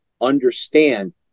understand